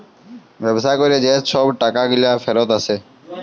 ব্যবসা ক্যরে যে ছব টাকাগুলা ফিরত আসে